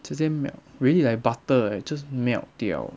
直接 melt really like butter eh just melt 掉